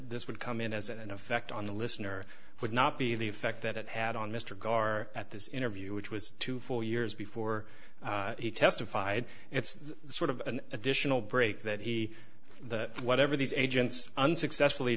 this would come in as an effect on the listener would not be the effect that it had on mr gore at this interview which was to four years before he testified it's sort of an additional break that he whatever these agents unsuccessful